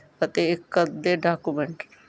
ਅਤੇ ਇੱਕ ਅੱਧੇ ਡਾਕੂਮੈਂਟ